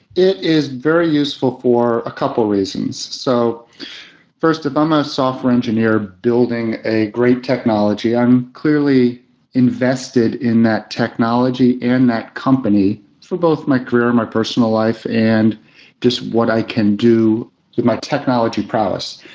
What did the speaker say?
it is very useful for a couple of reasons. so first, if i'm a software engineer building a great technology, i'm clearly invested in that technology and that company for both my career and my personal life and just what i can do with my technology prowess.